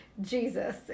Jesus